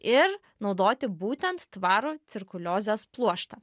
ir naudoti būtent tvarų cirkuliozės pluoštą